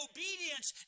Obedience